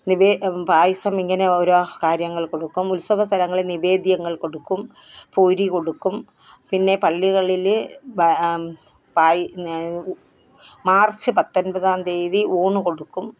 നിവേ പായസം ഇങ്ങനെ ഓരോ കാര്യങ്ങൾ കൊടുക്കും ഉത്സവസ്ഥലങ്ങളിൽ നിവേദ്യങ്ങൾ കൊടുക്കും പൊരി കൊടുക്കും പിന്നെ പള്ളികളിൽ വാ പായ് നേ മാർച്ച് പത്തൊൻപതാം തിയ്യതി ഊണ് കൊടുക്കും